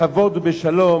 בכבוד ובשלום,